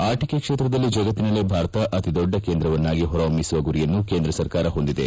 ಆಟಿಕೆ ಕ್ಷೇತ್ರದಲ್ಲಿ ಜಗತ್ತಿನಲ್ಲೇ ಭಾರತ ಅತಿ ದೊಡ್ಡ ಕೇಂದ್ರವನ್ನಾಗಿ ಹೊರಹೊಮ್ಮಿಸುವ ಗುರಿಯನ್ನು ಕೇಂದ್ರ ಸರ್ಕಾರ ಹೊಂದಿದೆ